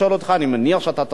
אני מניח שאתה תשיב לי,